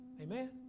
amen